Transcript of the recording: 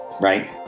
right